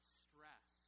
stress